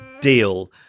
deal